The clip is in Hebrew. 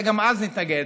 גם אז נתנגד.